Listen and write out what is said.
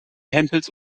hempels